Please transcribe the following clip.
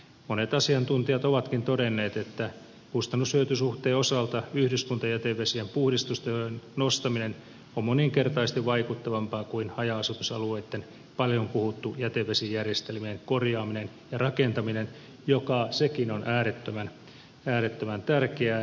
monet asiantuntijat ovatkin todenneet että kustannushyöty suhteen osalta yhdyskuntajätevesien puhdistustehon nostaminen on moninkertaisesti vaikuttavampaa kuin haja asutusalueitten paljon puhuttu jätevesijärjestelmien korjaaminen ja rakentaminen joka sekin on äärettömän tärkeää